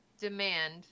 demand